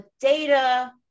data